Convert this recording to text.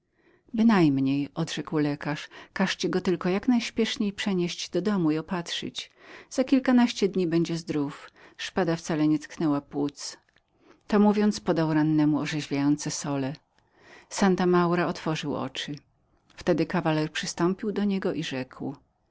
bynajmniej odrzekł lekarz każcie go tylko jak najśpieszniej przenieść do domu i opatrzyć za kilkanaście dni będzie zdrów szpada wcale nie tknęła płuc to mówiąc podał rannemu orzeźwiające sole santa maura otworzył oczy wtedy kawaler przystąpił do niego i rzekł